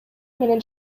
менен